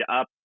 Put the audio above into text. up